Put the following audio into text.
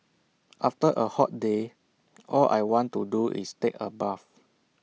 after A hot day all I want to do is take A bath